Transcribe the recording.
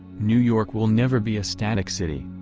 new york will never be a static city.